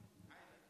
סעדי,